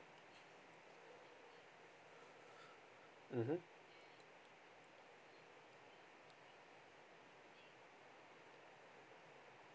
mmhmm